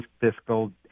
fiscal